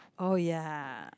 oh ya